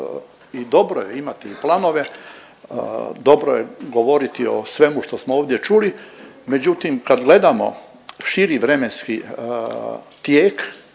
dobro je imati planove, dobro je govoriti o svemu što smo ovdje čuli, međutim kad gledamo širi vremenski tijek,